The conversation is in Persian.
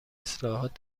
اصلاحات